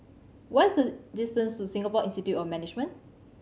what is the distance to Singapore Institute of Management